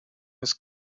his